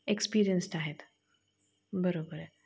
experienced आहेत बरोबर आहे